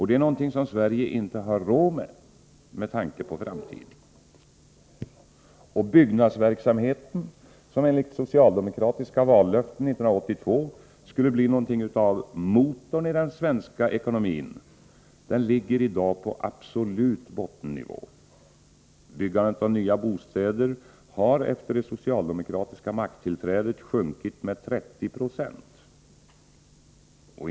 Det är någonting som Sverige, med tanke på framtiden, inte har råd med. Byggnadsverksamheten, som enligt de socialdemokratiska vallöftena 1982 skulle bli något av en motor i svensk ekonomi, ligger på absolut bottennivå. Byggandet av nya bostäder har efter det socialdemokratiska makttillträdet sjunkit med 30 20.